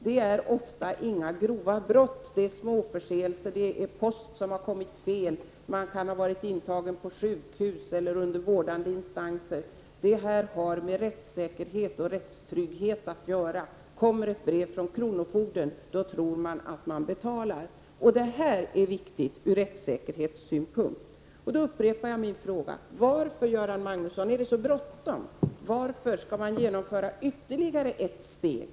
Det rör sig ofta inte om några grova brott, utan småförseelser, post som har kommit fel, man kan ha varit intagen på sjukhus eller under andra vårdande instanser. Detta har med rättssäkerhet och rättstrygghet att göra. Om det kommer ett brev från kronofogden, tror man att man skall betala. Det här är viktigt från rättsäkerhetssynpunkt. Göran Magnusson, varför är det så bråttom? Varför skall man genomföra ytterligare ett steg?